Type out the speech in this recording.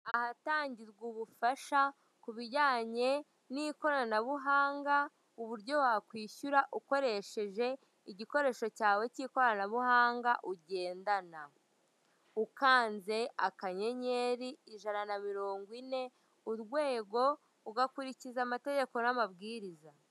Ahatangirwa ubufasha ku bijyanye n'ikoranabuhanga, uburyo wakwishyura ukoresheje igikoresho cyawe cy'ikoranabuhanga ugendana, ukanze akanyenyeri ijana na mirongo ine, urwego, ugakurikiza amategeko n'amabwiriza.